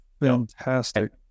fantastic